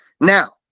now